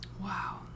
Wow